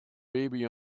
baby